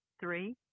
Three